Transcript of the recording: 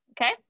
okay